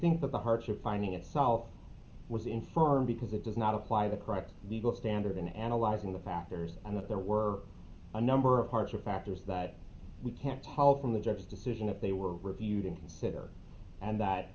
think that the hardship finding itself was infirm because it does not apply the correct legal standard in analyzing the factors and that there were a number of parts or factors that we can't help from the judge's decision that they were reviewed and considered and that